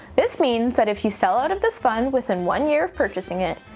this means that if you sell out of this fund within one year of purchasing it,